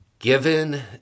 Given